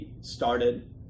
started